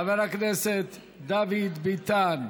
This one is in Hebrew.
חבר הכנסת דוד ביטן,